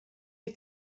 you